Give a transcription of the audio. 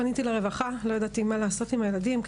פניתי לרווחה, לא ידעתי מה לעשות עם הילדים.